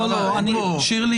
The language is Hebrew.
יש פה